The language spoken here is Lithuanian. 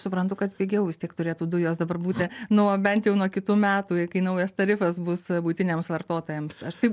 suprantu kad pigiau vistik dujos dabar būti nuo bent jau nuo kitų metų kai naujas tarifas bus buitiniams vartotojams aš taip